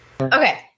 Okay